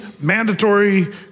mandatory